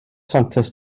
santes